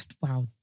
Wow